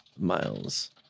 miles